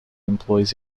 employs